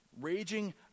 Raging